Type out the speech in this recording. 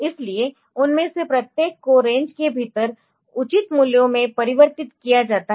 इसलिए उनमें से प्रत्येक को रेंज के भीतर उचित मूल्यों में परिवर्तित किया जाता है